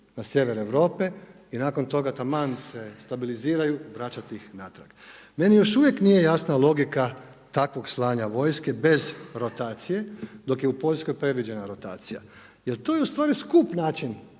na sjever Europe i nakon toga taman se stabiliziraju, vraćati ih natrag? Meni još uvijek nije jasna logika takvog slanja vojske bez rotacije dok je u Poljskoj predviđena rotacija. Jer to je ustvari skup način